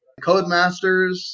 Codemasters